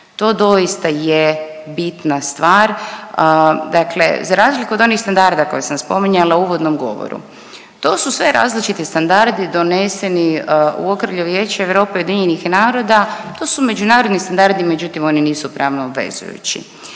to doista je bitna stvar. Dakle, za razliku od onih standarda koje sam spominjala u uvodnom govoru to su sve različiti standardi doneseni u okrilju Vijeća Europe i UN-a, to su međunarodni standardi međutim oni nisu pravno obvezujući.